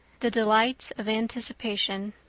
the delights of anticipation